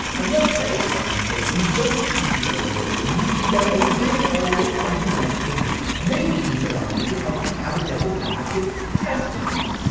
and let's say, for argument's sake, that you don't heed the golden rule, and you feed them a big old argumentative dinner. maybe in said argument, it's helpful to have a devil's advocate testing you.